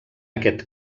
aquest